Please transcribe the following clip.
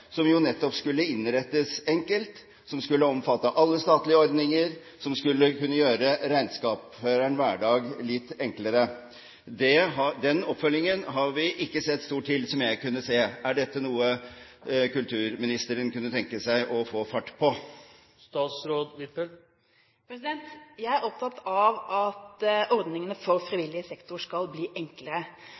som jo nettopp skulle innrettes enkelt, som skulle omfatte alle statlige ordninger, som skulle kunne gjøre regnskapsførerens hverdag litt enklere. Den oppfølgingen har vi ikke sett stort til, som jeg har kunnet se. Er dette noe kulturministeren kunne tenke seg å få fart på? Jeg er opptatt av at ordningene for frivillig sektor skal bli enklere.